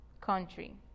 country